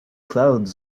clouds